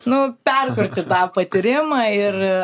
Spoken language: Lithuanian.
nu perkurti tą patyrimą ir